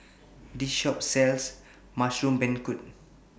This Shop sells Mushroom Beancurd